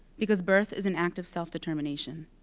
because birth is an act of self-determination.